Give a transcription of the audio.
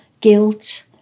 guilt